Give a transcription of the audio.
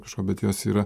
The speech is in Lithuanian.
kažkuo bet jos yra